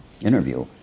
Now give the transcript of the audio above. interview